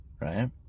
right